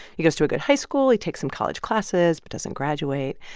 he goes to a good high school. he takes some college classes but doesn't graduate.